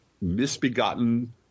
misbegotten